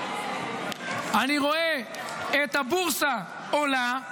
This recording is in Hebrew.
אני רואה את הבורסה עולה,